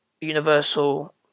Universal